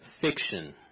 fiction